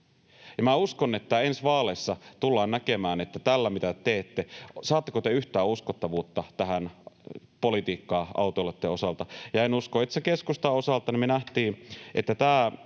uskon, että ensi vaaleissa tullaan näkemään, saatteko te tällä, mitä te teette, yhtään uskottavuutta politiikkaan autoilijoitten osalta. En usko. Keskustan osalta